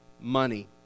money